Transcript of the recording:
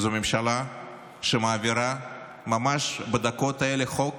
זו ממשלה שמעבירה ממש בדקות האלה חוק